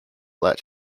let